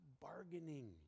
bargaining